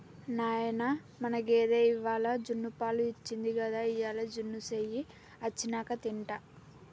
నాయనా మన గేదె ఇవ్వాల జున్నుపాలు ఇచ్చింది గదా ఇయ్యాల జున్ను సెయ్యి అచ్చినంక తింటా